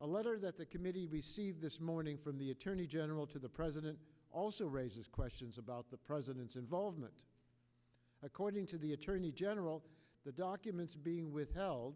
a letter that the committee received this morning from the attorney general to the president also raises questions about the president's involvement according to the attorney general the documents being withheld